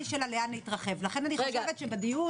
אני יכולה לומר לכם באחריות,